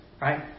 right